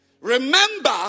Remember